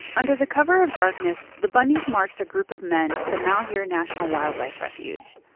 under the cover of darkness, the bundys marched a group of men to the malheur national wildlife refuge,